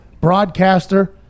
broadcaster